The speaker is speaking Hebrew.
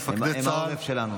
למפקדי צה"ל,